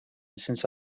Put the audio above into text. since